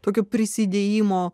tokio prisidėjimo